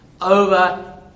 over